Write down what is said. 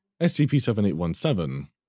SCP-7817